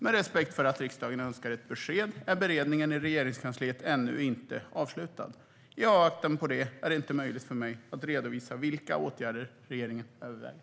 Med respekt för att riksdagen önskar ett besked är beredningen i Regeringskansliet ännu inte avslutad. I avvaktan på det är det inte möjligt för mig att redovisa vilka åtgärder regeringen överväger.